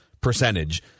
percentage